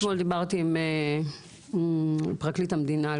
אני אתמול דיברתי עם פרקליט המדינה על